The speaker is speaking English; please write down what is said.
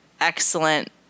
excellent